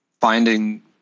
finding